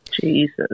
Jesus